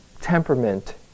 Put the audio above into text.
temperament